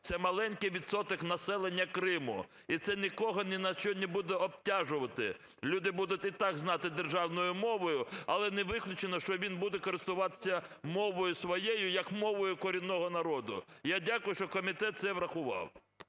Це маленький відсоток населення Криму, і це нікого ні на що не буде обтяжувати. Люди будуть і так знати… державною мовою, але не виключено, що він буде користуватися мовою своєю, як мовою корінного народу. Я дякую, що комітет це врахував.